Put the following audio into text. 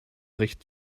recht